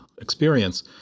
experience